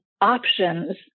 options